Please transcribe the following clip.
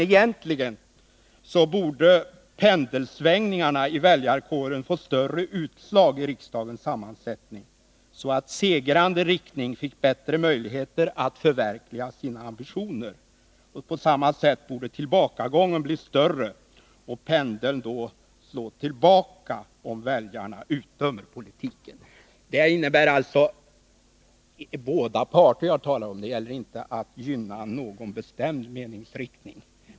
Egentligen borde pendelsvängningarna i väljarkåren få större utslag i riksdagens sammansättning, så att segrande riktning fick bättre möjligheter att förverkliga sina ambitioner. På samma sätt borde tillbakagången bli större, och pendeln då slå tillbaka, om väljarna utdömer politiken. Jag talar då om båda parter — det gäller inte att gynna någon bestämd meningsriktning.